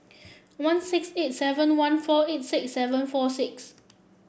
one six eight seven one four eight seven four six